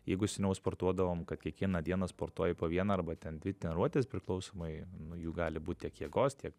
jeigu seniau sportuodavom kad kiekvieną dieną sportuoji po vieną arba ten dvi treniruotes priklausomai nu jų gali būt tiek jėgos tiek